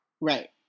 Right